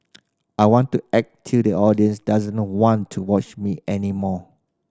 I want to act till the audience doesn't want to watch me any more